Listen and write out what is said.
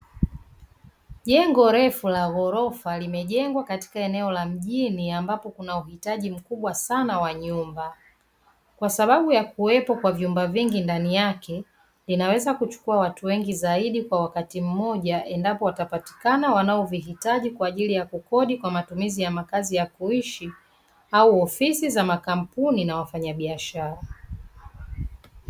Jengo refu la ghorofa limejengwa katika eneo la mjini ambapo kuna uhitaji mkubwa sana wa nyumba. Kwa sababu ya kuwepo kwa vyumba vingi ndani yake, linaweza kuchukua watu wengi zaidi kwa wakati mmoja endapo watapatikana wanaovihitaji kwa ajili ya kukodi kwa matumizi ya makazi ya kuishi au ofisi za makampuni na wafanyabiashara.